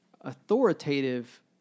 authoritative